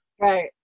Right